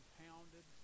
pounded